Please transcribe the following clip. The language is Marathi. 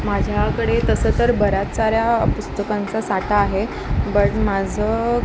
मा माझ्याकडे तसं तर बऱ्याच साऱ्या पुस्तकांचा साठा आहे बट माझं